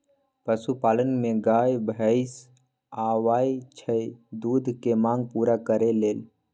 पशुपालन में गाय भइसी आबइ छइ दूध के मांग पुरा करे लेल